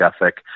ethic